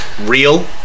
real